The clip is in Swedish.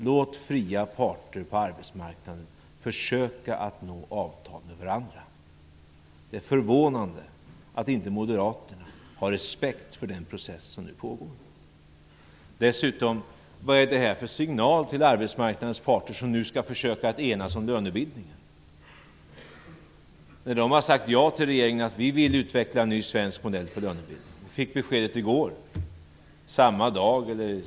Låt fria parter på arbetsmarknaden försöka att nå avtal med varandra! Det är förvånande att moderaterna inte har respekt för den process som nu pågår. Dessutom: Vad är det här för signal till arbetsmarknadens parter som nu skall försöka att enas om lönebildningen? Vi fick beskedet i går att de har sagt ja till regeringen, att de vill utveckla en ny modell för den svenska lönebildningen.